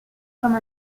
comme